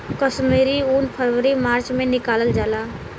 कश्मीरी उन फरवरी मार्च में निकालल जाला